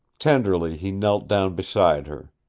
tenderly he knelt down beside her.